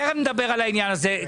תכף נדבר על העניין הזה.